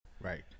Right